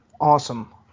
Awesome